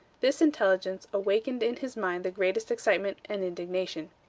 this intelligence awakened in his mind the greatest excitement and indignation.